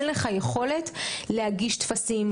אין לך יכולת להגיש טפסים,